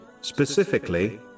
Specifically